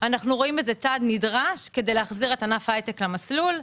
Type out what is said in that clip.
אנו רואים בזה צעד נדרש כדי להחזיר את ענף ההייטק למסלול.